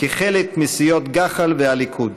כחלק מסיעות גח"ל והליכוד.